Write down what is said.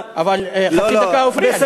תודה, אבל חצי דקה הוא הפריע לי.